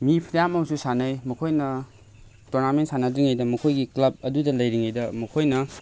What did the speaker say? ꯃꯤ ꯐꯅꯌꯥꯝ ꯑꯃꯁꯨ ꯁꯥꯟꯅꯩ ꯃꯈꯣꯏꯅ ꯇꯣꯔꯅꯥꯃꯦꯟ ꯁꯥꯟꯅꯗ꯭ꯔꯤꯉꯩꯗ ꯃꯈꯣꯏꯒꯤ ꯀ꯭ꯂꯕ ꯑꯗꯨꯗ ꯂꯩꯔꯤꯉꯩꯗ ꯃꯈꯣꯏꯅ